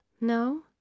No